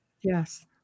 Yes